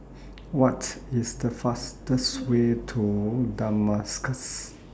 What IS The fastest Way to Damascus